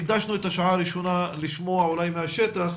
הקדשנו את השעה הראשונה לשמוע מהשטח,